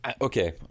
okay